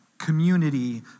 community